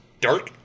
dark